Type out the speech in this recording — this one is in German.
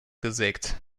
gesägt